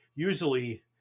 Usually